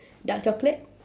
dark chocolate